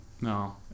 No